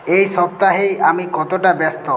এই সপ্তাহে আমি কতটা ব্যস্ত